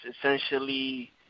essentially